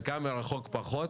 חלקם מרחוק פחות.